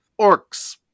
orcs